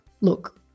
look